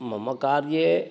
ममकार्ये